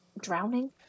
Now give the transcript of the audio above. drowning